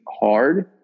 hard